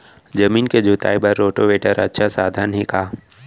जमीन के जुताई बर रोटोवेटर अच्छा साधन हे का?